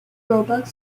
roebuck